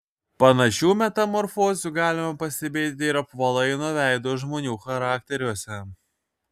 panašių metamorfozių galima pastebėti ir apvalaino veido žmonių charakteriuose